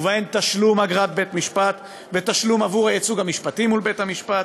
ובהן תשלום אגרת בית-משפט ותשלום עבור הייצוג המשפטי מול בית-המשפט,